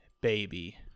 baby